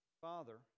father